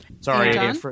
sorry